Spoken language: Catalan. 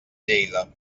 lleida